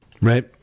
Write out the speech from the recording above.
right